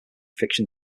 fiction